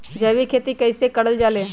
जैविक खेती कई से करल जाले?